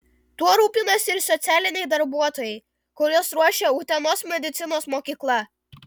tuo rūpinasi ir socialiniai darbuotojai kuriuos ruošia utenos medicinos mokykla